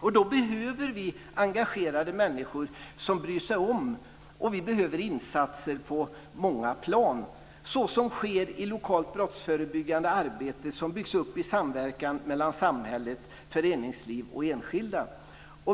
Och då behöver vi engagerade människor som bryr sig om, och vi behöver insatser på många plan. Så sker också i lokalt brottsförebyggande arbete som byggs upp i samverkan mellan samhället, föreningslivet och enskilda.